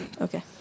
Okay